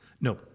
No